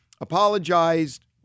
apologized